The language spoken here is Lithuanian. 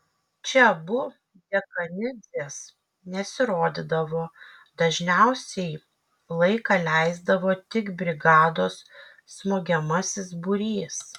čia abu dekanidzės nesirodydavo dažniausiai laiką leisdavo tik brigados smogiamasis būrys